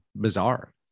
bizarre